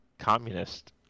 communist